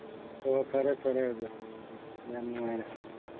ꯑꯣ ꯐꯔꯦ ꯐꯔꯦ ꯑꯣꯖꯥ ꯎꯝ ꯌꯥꯝ ꯅꯨꯡꯉꯥꯏꯔꯦ